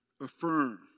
affirm